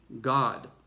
God